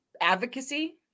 advocacy